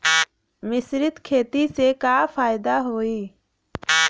मिश्रित खेती से का फायदा होई?